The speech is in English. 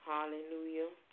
Hallelujah